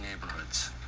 neighborhoods